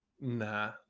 Nah